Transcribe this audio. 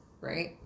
right